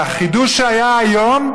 והחידוש שהיה היום,